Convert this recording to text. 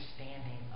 understanding